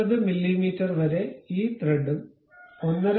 അതിനാൽ 20 മില്ലീമീറ്റർ വരെ ഈ ത്രെഡും 1